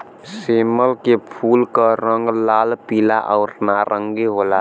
सेमल के फूल क रंग लाल, पीला आउर नारंगी होला